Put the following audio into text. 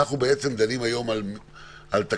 היום אנחנו דנים על תקש"חים